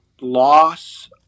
loss